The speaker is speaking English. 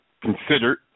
considered